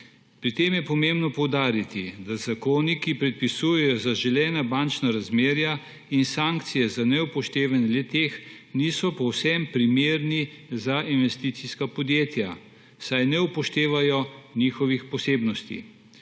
Pri tem je pomembno poudariti, da zakoni, ki predpisujejo zaželena bančna razmerja in sankcije za neupoštevanje le-teh, niso povsem primerni za investicijska podjetja, saj ne upoštevajo njihovih posebnosti.